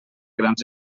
grans